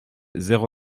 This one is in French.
zéro